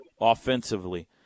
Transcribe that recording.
offensively